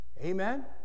Amen